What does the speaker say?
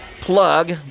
plug